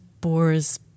bores